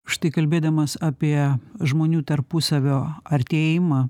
štai kalbėdamas apie žmonių tarpusavio artėjimą